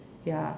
ya